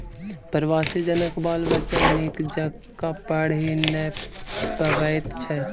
प्रवासी जनक बाल बच्चा नीक जकाँ पढ़ि नै पबैत छै